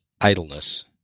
idleness